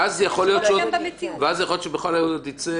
ואז יכול להיות שבכלל עוד ייצא